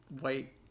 white